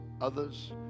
Others